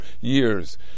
years